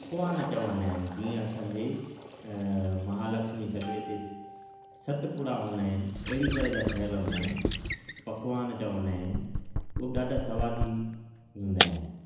पकवान चवंदा आहिनि जीअं असांजे महालक्ष्मी सॻिड़े ते सतपुड़ा हूंदा आहिनि अहिड़ी तरह जा ठहियल हूंदा आहिनि पकवान चवंदा आहिनि हू बि ॾाढा सवादी हूंदा आहिनि